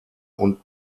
und